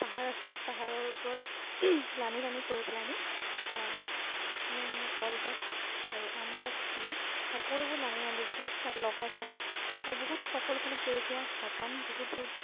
পাহাৰ আছিল পাহাৰৰ ওপৰত লানি দানি কৰি পেলাহেনি ধুনীয়া ধুনীয়া কলগছ আৰু আম গছ পুলি সকলোবোৰ লানি লানিকৈ তাত লগাই থোৱা আছিল আৰু বহুত সকলোফালে সেউজীয়া বাগান বহুত বহুত